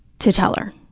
to tell her,